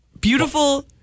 Beautiful